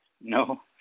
No